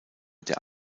der